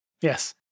Yes